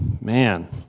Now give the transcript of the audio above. Man